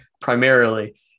primarily